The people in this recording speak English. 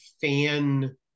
fan